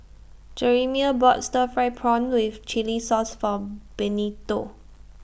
Jerimiah bought Stir Fried Prawn with Chili Sauce form Benito